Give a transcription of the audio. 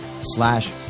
slash